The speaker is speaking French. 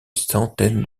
centaine